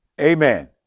amen